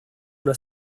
una